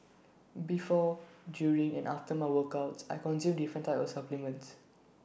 before during and after my workouts I consume different types of supplements